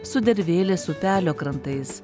sudervėlės upelio krantais